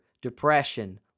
depression